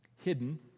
hidden